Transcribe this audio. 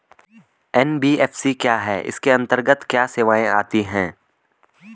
NBFC क्या है इसके अंतर्गत क्या क्या सेवाएँ आती हैं?